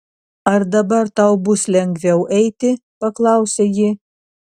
ar dabar tau bus lengviau eiti paklausė ji